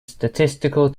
statistical